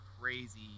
crazy